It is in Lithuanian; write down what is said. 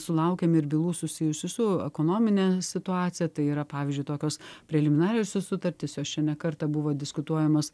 sulaukėm ir bylų susijusių su ekonomine situacija tai yra pavyzdžiui tokios preliminariosios sutartys jos čia ne kartą buvo diskutuojamos